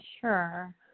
Sure